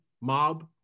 mob